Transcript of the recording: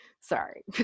sorry